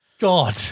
God